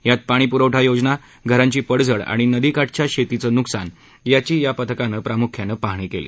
यात पाणी प्रवठा योजना घरांची पडझड आणि नदीकाठच्या शेतीचं न्कसान याची या पथकानं प्राम्ख्यानं पाहणी केली